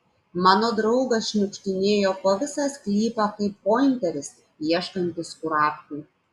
mano draugas šniukštinėjo po visą sklypą kaip pointeris ieškantis kurapkų